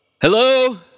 Hello